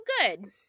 good